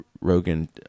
Rogan